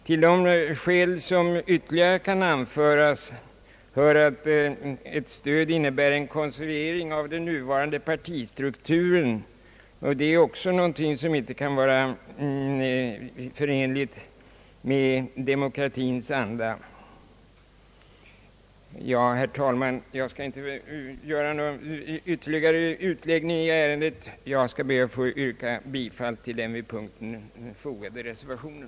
Till de skäl som ytterligare kan anföras hör att ett stöd innebär en konservering av den nuvarande partistrukturen, och det är också någonting som inte kan vara förenligt med demokratins anda. Herr talman! Jag skall inte göra någon vidare utläggning i ärendet utan ber att få yrka bifall till den vid punkten fogade reservationen.